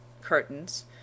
curtains